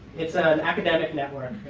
it's an academic network,